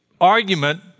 argument